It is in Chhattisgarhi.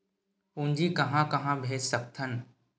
पूंजी कहां कहा भेज सकथन?